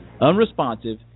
unresponsive